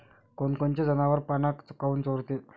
कोनकोनचे जनावरं पाना काऊन चोरते?